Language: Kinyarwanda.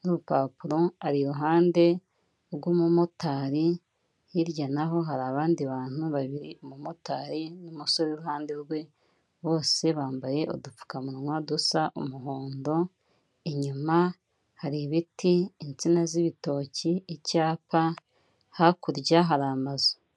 n'urupapuro, ari iruhande rw'umumotari hirya na ho hari abandi bantu babiri, umumotari n'umusore uri iruhande rwe, bose bambaye udupfukamunwa dusa umuhondo, inyuma hari ibiti, insina z'ibitoki, icyapa, hakurya hari amazu.